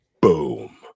boom